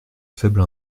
faible